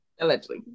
Allegedly